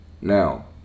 Now